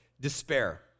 despair